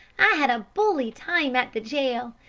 i had a bully time at the jail.